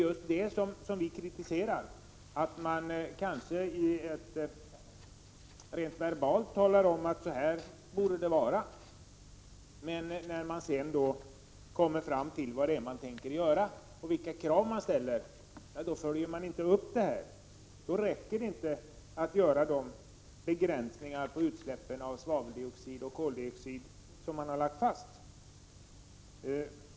Vad vi kritiserar är att man rent verbalt talar om hur det bör vara för att därefter inte följa upp det när man talar om vad man tänker göra och vilka krav som skall ställas. Då räcker det inte att göra de begränsningar på utsläppen av svaveldioxid och koldioxid som har fastlagts.